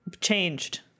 changed